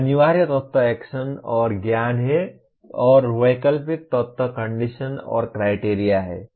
अनिवार्य तत्व एक्शन और ज्ञान हैं और वैकल्पिक तत्व कंडीशन और क्राइटेरिया हैं